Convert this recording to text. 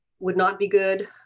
would not be good.